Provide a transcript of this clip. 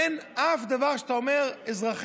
אין שום דבר שבו